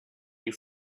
you